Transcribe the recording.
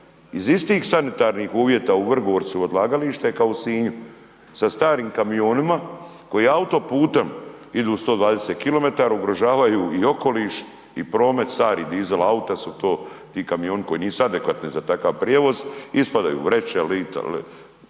iz istih sanitarnih uvjeta u Vrgorcu, odlagalište kao i u Sinju sa starim kamionima koji autoputom idu 120 km, ugrožavaju i okoliš i promet, stara dizel auta su to, ti kamioni koji nisu adekvatni za takav prijevoz, ispadaju vreće,